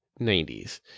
90s